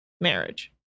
marriage